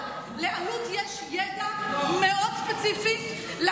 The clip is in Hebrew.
אבל לאלו"ט יש ידע מאוד ספציפי על